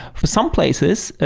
for some places,